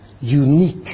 unique